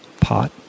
pot